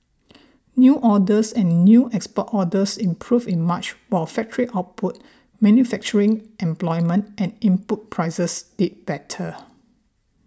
new orders and new export orders improved in March while factory output manufacturing employment and input prices did better